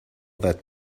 that